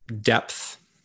depth